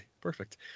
perfect